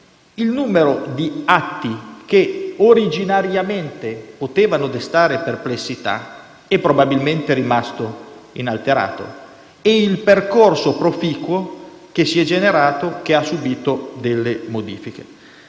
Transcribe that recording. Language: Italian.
Il numero di atti che originariamente potevano destare perplessità è probabilmente rimasto inalterato, ma il percorso proficuo che si è generato ha subito delle modifiche.